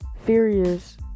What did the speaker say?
furious